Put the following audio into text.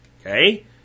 Okay